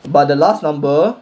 but the last number